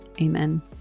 Amen